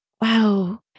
wow